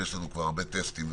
וגם יש לנו כבר הרבה טסטים.